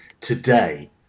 today